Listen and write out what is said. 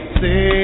say